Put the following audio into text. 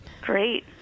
Great